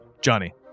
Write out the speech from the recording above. Johnny